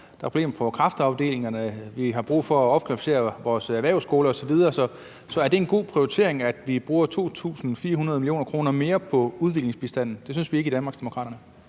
der er problemer på kræftafdelingerne, og hvor vi har brug for at opkvalificere vores erhvervsskoler osv. Så er det en god prioritering, at vi bruger 2.400 mio. kr. mere på udviklingsbistanden? Det synes vi ikke i Danmarksdemokraterne.